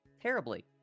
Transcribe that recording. terribly